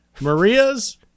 Maria's